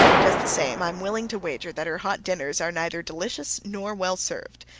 just the same, i am willing to wager that her hot dinners are neither delicious nor well served.